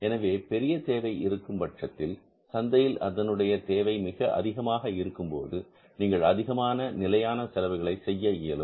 எனவே பெரிய தேவை இருக்கும் பட்சத்தில் சந்தையில் அதனுடைய தேவை மிக அதிகமாக இருக்கும்போது நீங்கள் அதிகமான நிலையான செலவுகளை செய்ய இயலும்